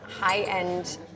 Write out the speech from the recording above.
high-end